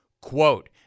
Quote